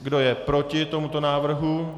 Kdo je proti tomuto návrhu?